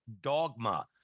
dogma